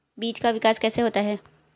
बीज का विकास कैसे होता है?